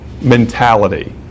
mentality